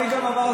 אני גם אמרתי,